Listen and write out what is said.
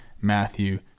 Matthew